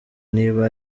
niba